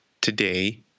today